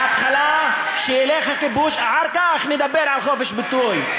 בהתחלה שילך הכיבוש, אחר כך נדבר על חופש ביטוי.